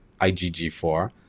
IgG4